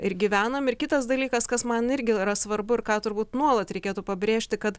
ir gyvenam ir kitas dalykas kas man irgi yra svarbu ir ką turbūt nuolat reikėtų pabrėžti kad